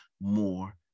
more